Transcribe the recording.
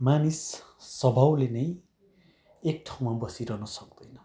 मानिस स्वभावले नै एक ठाउँमा बसिरहन सक्दैनँ